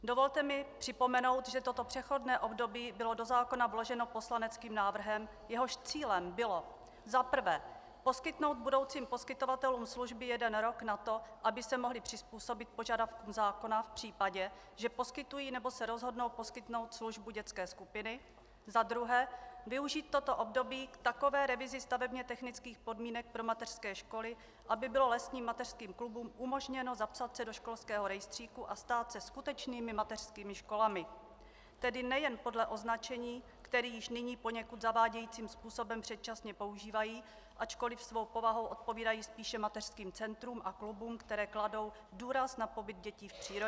Dovolte mi připomenout, že toto přechodné období bylo do zákona vloženo poslaneckým návrhem, jehož cílem bylo za prvé poskytnout budoucím poskytovatelům služby jeden rok na to, aby se mohli přizpůsobit požadavkům zákona v případě, že poskytují nebo se rozhodnou poskytnout službu dětské skupiny, za druhé využít toto období k takové revizi stavebně technických podmínek pro mateřské školy, aby bylo lesním mateřským klubům umožněno zapsat se do školského rejstříku a stát se skutečnými mateřskými školami, tedy nejen podle označení, které již nyní poněkud zavádějícím způsobem předčasně používají, ačkoliv svou povahou odpovídají spíše mateřským centrům a klubům, které kladou důraz na pobyt dětí v přírodě.